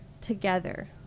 together